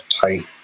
tight